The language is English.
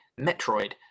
Metroid